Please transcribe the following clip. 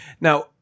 Now